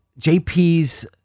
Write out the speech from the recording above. jp's